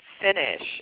finish